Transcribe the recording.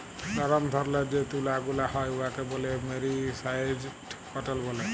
লরম ধরলের যে তুলা গুলা হ্যয় উয়াকে ব্যলে মেরিসারেস্জড কটল ব্যলে